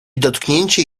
dotknięcie